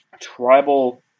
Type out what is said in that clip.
tribal